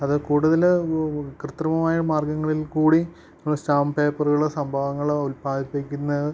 അതു കൂടുതല് കൃത്രിമമായ മാർഗങ്ങളിൽക്കൂടി സ്റ്റാമ്പ് പേപ്പറുകള് സംഭവങ്ങള് ഉൽപാദിപ്പിക്കുന്നത്